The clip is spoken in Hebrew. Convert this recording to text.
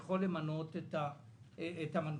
יכול למנות את המנכ"ל.